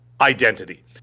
identity